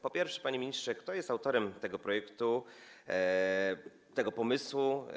Po pierwsze, panie ministrze, kto jest autorem tego projektu, tego pomysłu?